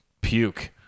Puke